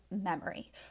memory